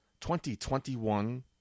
2021